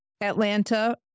Atlanta